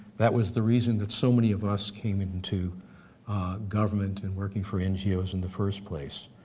that was the reason that so many of us came into government and working for ngo's in the first place.